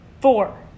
Four